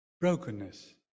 brokenness